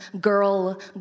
girl